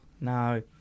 no